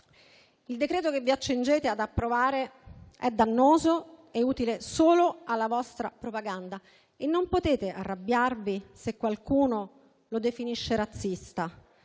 Il decreto-legge che vi accingete ad approvare è dannoso e utile solo alla vostra propaganda e non potete arrabbiarvi se qualcuno lo definisce razzista,